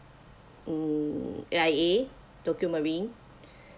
mm A_I_A tokio marine